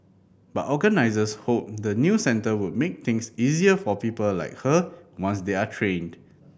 but organisers hope the new centre will make things easier for people like her once they are trained